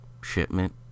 shipment